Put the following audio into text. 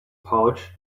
pouch